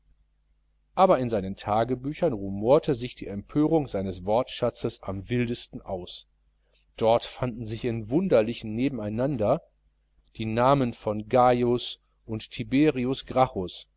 aber in seinen tagebüchern rumorte sich die empörung seines wortschatzes am wildesten aus dort fanden sich in wunderlichem nebeneinander die namen von gajus und tiberius